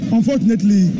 Unfortunately